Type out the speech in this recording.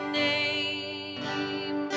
name